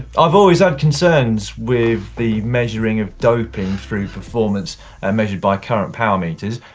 i've always had concerns with the measuring of doping through performance and measured by current power meters.